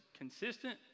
consistent